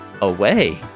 away